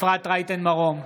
אפרת רייטן מרום,